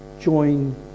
join